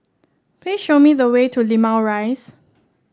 please show me the way to Limau Rise